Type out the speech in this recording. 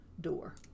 door